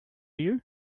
you